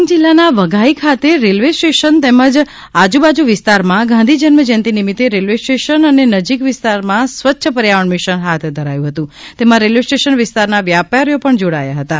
ડાંગ જિલ્લાના વઘઇ ખાતે railway station તેમજ આજુબાજુ વિસ્તારમાં ગાંધી જન્મ જયંતિ નિમિતે રેલવે સ્ટેશન અને નજીકી વિસ્તારમાં સ્વચ્છ પર્યાવરણ મિશન હાથ ધરાયો હતો તેમા રેલવે સ્ટેશન વિસ્તારના વ્યાપારીઓ પણ જોડાયા હતાં